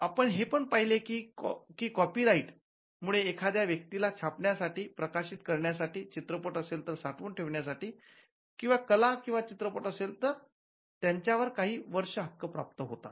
आपण हे पण पाहिले की कॉपीराइट साहित्यावरचा हक्क मुळे एखाद्या व्यक्तीला छापण्यासाठी प्रकाशित करण्यासाठीचित्रपट असेल तर साठवून ठेवण्या साठी किंवा कला किंवा चित्रपट असेल तर त्यांच्यावर काही वर्ष हक्क प्राप्त होतात